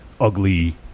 ugly